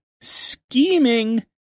scheming